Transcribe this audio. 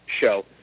show